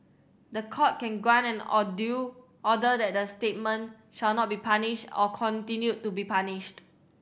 the Court can grant an order that the statement shall not be published or continue to be published